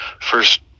first